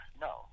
no